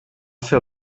für